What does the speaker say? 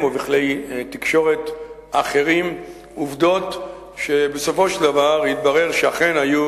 ובכלי תקשורת אחרים עובדות שבסופו של דבר התברר שאכן היו